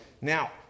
Now